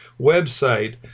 website